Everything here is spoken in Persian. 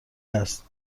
است